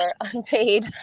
unpaid